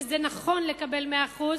וזה נכון לקבל 100%,